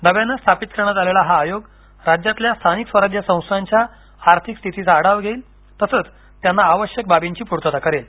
नव्यानं स्थापित करण्यात आलेला हा आयोग राज्यातल्या स्थानिक स्वराज्य संस्थांच्या आर्थिक स्थितीचा आढावा घेईल तसंच त्यांना आवश्यक बाबींची पूर्तता करेल